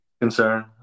Concern